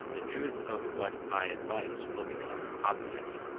the truth of what i advance will become obvious.